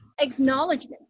acknowledgement